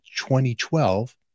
2012